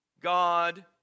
God